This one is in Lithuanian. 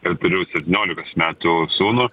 ir turiu septyniolikos metų sūnų